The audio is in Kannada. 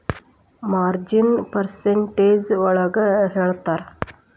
ಮಾರ್ಜಿನ್ನ ಪರ್ಸಂಟೇಜ್ ಒಳಗ ಹೇಳ್ತರ